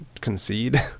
concede